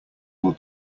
will